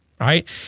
Right